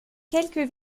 quelques